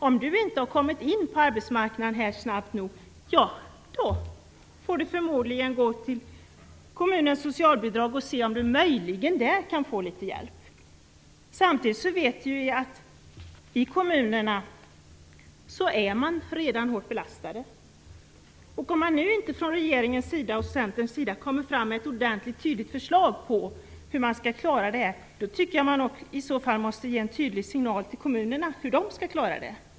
Om jag inte har kommit in på arbetsmarknaden snabbt nog får jag förmodligen gå till kommunen och söka socialbidrag och se om jag möjligen kan få litet hjälp där. Samtidigt vet vi att kommunerna redan är hårt belastade. Om man nu inte från regeringens och Centerns sida kommer fram med ett ordentligt och tydligt förslag på hur man skall klara det här tycker jag att man måste ge en tydlig signal till kommunerna hur de skall klara det.